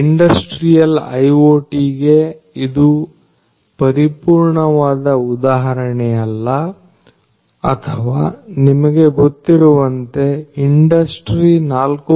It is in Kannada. ಇಂಡಸ್ಟ್ರಿಯಲ್ IoT ಗೆ ಇದು ಪರಿಪೂರ್ಣವಾದ ಉದಾಹರಣೆಯಲ್ಲ ಅಥವಾ ನಿಮಗೆ ಗೊತ್ತಿರುವಂತೆ ಇಂಡಸ್ಟ್ರಿ4